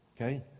Okay